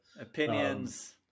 opinions